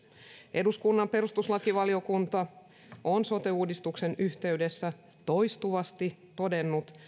eduskunnan perustuslakivaliokunta on sote uudistuksen yhteydessä toistuvasti todennut